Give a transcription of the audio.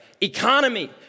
economy